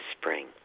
spring